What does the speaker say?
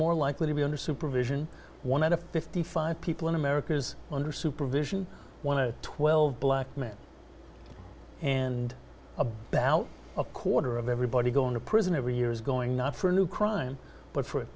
more likely to be under supervision one at a fifty five dollars people in america is under supervision want to twelve black men and about a quarter of everybody going to prison every year is going not for a new crime but for